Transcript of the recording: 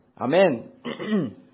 Amen